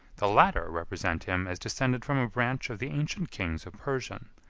the latter represent him as descended from a branch of the ancient kings of persian,